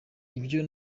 ibyo